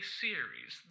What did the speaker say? series